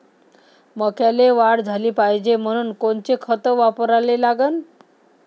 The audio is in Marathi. मक्याले वाढ झाली पाहिजे म्हनून कोनचे खतं वापराले लागन?